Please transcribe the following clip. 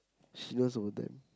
she knows about them